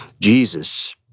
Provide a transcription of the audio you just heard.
Jesus